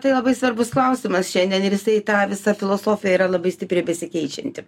tai labai svarbus klausimas šiandien ir jisai tą visą filosofija yra labai stipriai besikeičianti